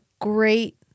great